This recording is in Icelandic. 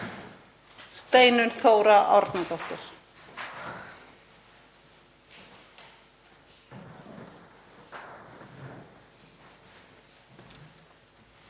Steinunn Þóra Árnadóttir